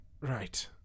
Right